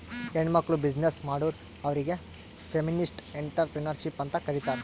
ಹೆಣ್ಮಕ್ಕುಳ್ ಬಿಸಿನ್ನೆಸ್ ಮಾಡುರ್ ಅವ್ರಿಗ ಫೆಮಿನಿಸ್ಟ್ ಎಂಟ್ರರ್ಪ್ರಿನರ್ಶಿಪ್ ಅಂತ್ ಕರೀತಾರ್